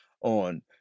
on